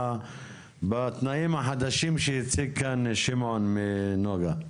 בתנאים החדשים שהציג כאן שמעון מחברת נגה.